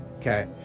Okay